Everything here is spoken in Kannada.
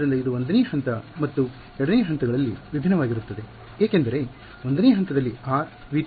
ಆದ್ದರಿಂದ ಇದು 1 ನೇ ಹಂತ ಮತ್ತು 2 ನೇ ಹಂತ ಗಳಲ್ಲಿ ವಿಭಿನ್ನವಾಗಿರುತ್ತದೆ ಏಕೆಂದರೆ 1 ನೇ ಹಂತದಲ್ಲಿ r V2 ಗೆ ಸೇರಿದೆ